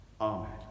Amen